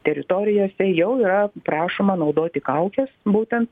teritorijose jau yra prašoma naudoti kaukes būtent